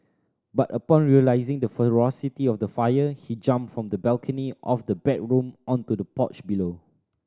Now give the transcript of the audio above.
but upon realising the ferocity of the fire he jumped from the balcony of the bedroom onto the porch below